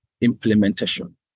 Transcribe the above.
implementation